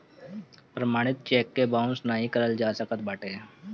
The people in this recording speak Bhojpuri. प्रमाणित चेक के बाउंस नाइ कइल जा सकत बाटे